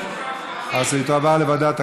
בעד, 30, נגד, אין,